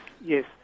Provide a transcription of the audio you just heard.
yes